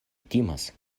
timas